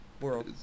world